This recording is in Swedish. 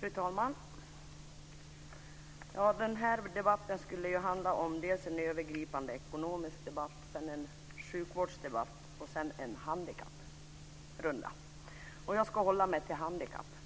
Fru talman! Den här debatten skulle handla om den övergripande ekonomiska politiken, sjukvårdspolitiken och handikappfrågor. Jag ska hålla mig till handikappfrågorna.